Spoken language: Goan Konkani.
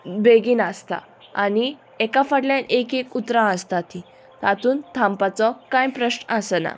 बेगीन आसता आनी एका फाटल्यान एक एक उतरां आसता तीं तातूंत थांबपाचो कांय प्रश्न आसना